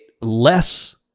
less